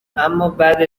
امابعد